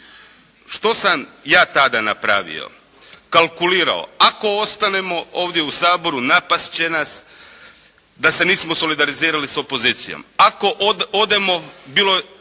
Što sam ja tada napravio? Kalkulirao ako ostanemo ovdje u Saboru napast će nas da se nismo solidarizirali s opozicijom. Ako odemo, bilo